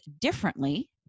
differently